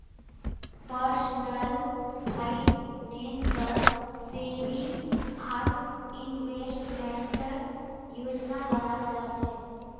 personal फाइनेंसत saving आर इन्वेस्टमेंटेर योजना बनाल जा छेक